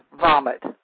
vomit